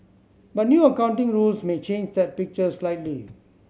but new accounting rules may change that picture slightly